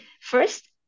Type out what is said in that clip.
first